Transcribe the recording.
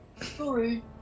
Sorry